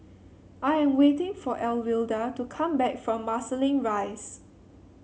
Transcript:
I am waiting for Alwilda to come back from Marsiling Rise